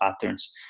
patterns